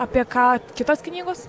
apie ką kitos knygos